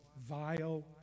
vile